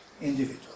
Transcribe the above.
individual